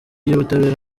y’ubutabera